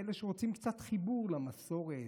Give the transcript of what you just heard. כאלה שרוצים קצת חיבור למסורת,